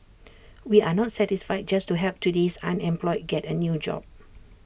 we are not satisfied just to help today's unemployed get A new job